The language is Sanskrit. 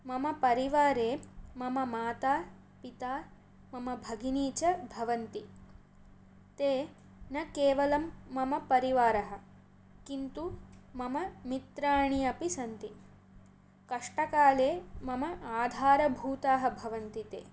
मम परिवारे मम माता पिता मम भगिनी च भवन्ति ते न केवलं मम परिवारः किन्तु मम मित्राणि अपि सन्ति कष्टकाले मम आधारभूताः भवन्ति ते